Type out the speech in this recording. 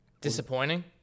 Disappointing